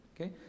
okay